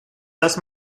las